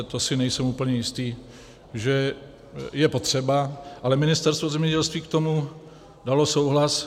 To si nejsem úplně jistý, že je potřeba, ale Ministerstvo zemědělství k tomu dalo souhlas.